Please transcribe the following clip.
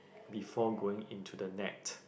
before going into the net